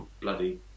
bloody